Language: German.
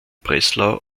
breslau